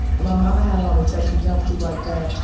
and my momma had on a sexy jumpsuit like that,